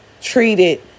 treated